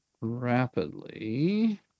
rapidly